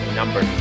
number